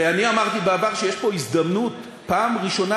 הרי אני אמרתי בעבר שיש פה הזדמנות בפעם הראשונה